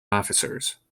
officers